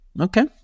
Okay